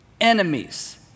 enemies